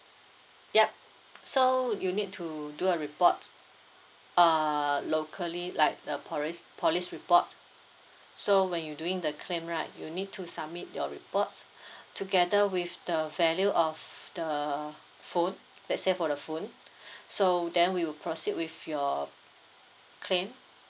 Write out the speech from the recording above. yup so you need to do a report err locally like the police police report so when you doing the claim right you need to submit your reports together with the value of the phone let's say for the phone so then we will proceed with your claim